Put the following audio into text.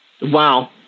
Wow